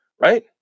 right